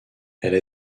elle